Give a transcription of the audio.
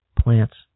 Plants